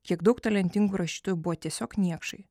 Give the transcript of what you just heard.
kiek daug talentingų rašytojų buvo tiesiog niekšai